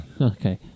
Okay